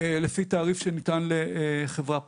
לפי תעריף שניתן לחברה פרטית.